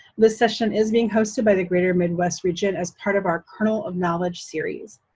this session is being hosted by the greater midwest region as part of our kernel of knowledge series.